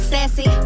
Sassy